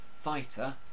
fighter